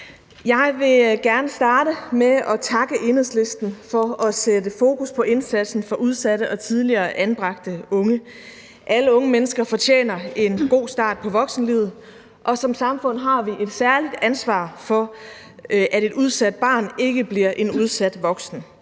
Jeg vil gerne starte med at takke Enhedslisten for at sætte fokus på indsatsen for udsatte og tidligere anbragte unge. Alle unge mennesker fortjener en god start på voksenlivet, og som samfund har vi et særligt ansvar for, at et udsat barn ikke bliver en udsat voksen.